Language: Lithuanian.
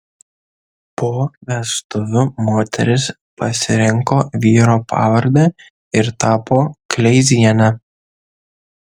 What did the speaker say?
po vestuvių moteris pasirinko vyro pavardę ir tapo kleiziene